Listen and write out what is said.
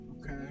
Okay